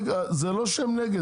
זה לא שהם נגד,